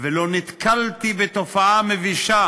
ולא נתקלתי בתופעה מבישה